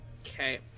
Okay